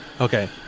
Okay